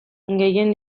gehien